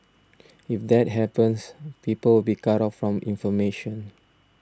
if that happens people will be cut off from information